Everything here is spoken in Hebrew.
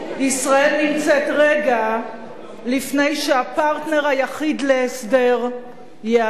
ישראל נמצאת רגע לפני שהפרטנר היחיד להסדר ייעלם.